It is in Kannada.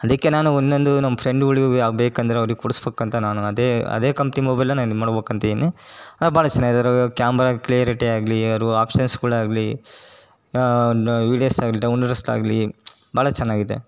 ಅದಕ್ಕೆ ನಾನು ಇನ್ನೊಂದು ನಮ್ಮ ಫ್ರೆಂಡುಗಳಿಗೂ ಅವು ಬೇಕಂದರೆ ಅವ್ರಿಗೆ ಕೊಡಿಸ್ಬೇಕಂತ ನಾನು ಅದೇ ಅದೇ ಕಂಪ್ನಿ ಮೊಬೈಲನ್ನು ನಾನು ಇದು ಮಾಡ್ಬೇಕಂತಿದೀನಿ ಭಾಳ ಚೆನ್ನಾಗಿದೆ ಅದ್ರ ಕ್ಯಾಮ್ರಾ ಕ್ಲಿಯರಿಟಿ ಆಗಲಿ ಅದ್ರ ಆಪ್ಷನ್ಸ್ಗಳಾಗ್ಲಿ ವೀಡಿಯೋಸ್ಸಾಗ್ಲಿ ಡೌನ್ಲೋಡಸ್ಸಾಗಲಿ ಭಾಳ ಚೆನ್ನಾಗಿದೆ